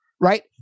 right